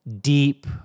deep